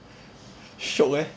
shiok eh